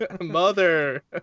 Mother